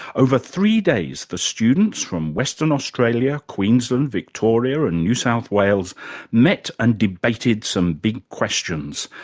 over three days, the students, from western australia, queensland, victoria and new south wales met and debated some big questions,